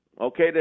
Okay